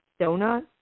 donut